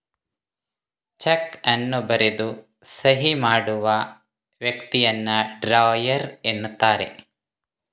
check ಅನ್ನು ಬರೆದು ಸಹಿ ಮಾಡುವ ವ್ಯಕ್ತಿಯನ್ನ ಡ್ರಾಯರ್ ಎನ್ನುತ್ತಾರೆ